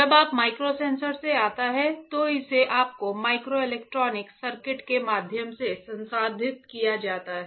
जब data microsensor से आता है तो इसे आपके माइक्रो इलेक्ट्रॉनिक सर्किट के माध्यम से संसाधित किया जाता है